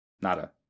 Nada